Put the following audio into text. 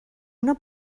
una